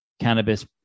cannabis